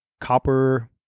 copper